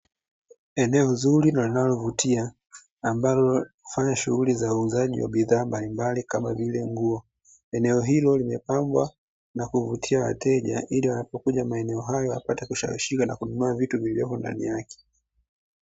Eneo zuri na linalovutia, ambalo hufanya shughuli za uuzaji wa bidhaa mbalimbali kama vile nguo. Eneo hilo limepambwa na kuvutia wateja, ili wanapokuja maeneo hayo, wapate kushawishika na kununua vitu vilivyopo ndani yake.